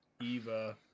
Eva